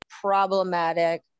problematic